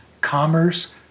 commerce